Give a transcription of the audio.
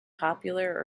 popular